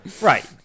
right